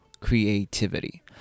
creativity